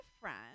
friend